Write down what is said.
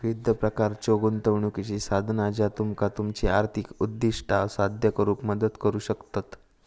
विविध प्रकारच्यो गुंतवणुकीची साधना ज्या तुमका तुमची आर्थिक उद्दिष्टा साध्य करुक मदत करू शकतत